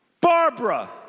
Barbara